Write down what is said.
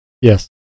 Yes